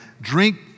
drink